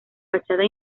fachada